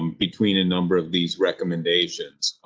um between a number of these recommendations.